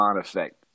effect